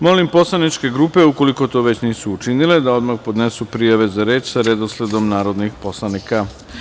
Molim poslaničke grupe, ukoliko to već nisu učinile, da odmah podnesu prijave za reč sa redosledom narodnih poslanika.